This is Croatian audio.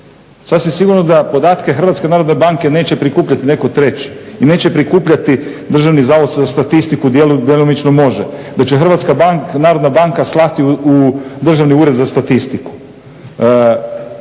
Sasvim sigurno da podatke HNB-a neće prikupljati netko treći i neće prikupljati Državni zavod za statistiku, djelomično može, već će HNB slati u Državni ured za statistiku.